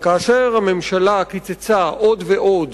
כאשר הממשלה קיצצה עוד ועוד